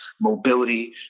mobility